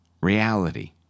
reality